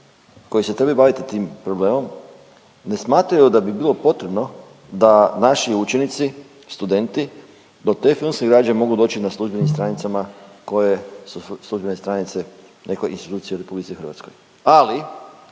koji se trebaju baviti tim problemom ne smatraju da bi bilo potrebno da naši učenici, studenti do te filmske građe mogu doći na službenim stranicama koje su službene stranice neke institucije u RH, ali